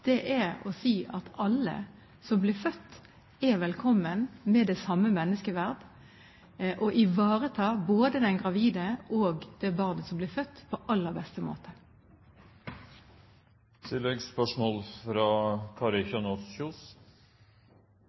er å si at alle som blir født, er velkommen med det samme menneskeverd, og å ivareta både den gravide og det barnet som blir født, på aller beste måte. Kari Kjønaas Kjos